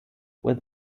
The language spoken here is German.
with